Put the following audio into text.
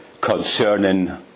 concerning